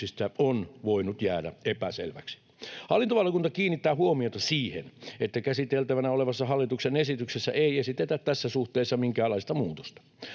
on voinut jäädä epäselväksi. Hallintovaliokunta kiinnittää huomiota siihen, että käsiteltävänä olevassa hallituksen esityksessä ei esitetä tässä suhteessa minkäänlaista muutosta.